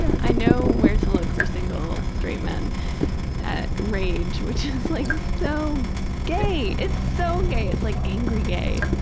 and i know where to look for single straight men at rage, which is like so gay, it's so gay. it's like angry gay.